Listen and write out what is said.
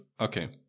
okay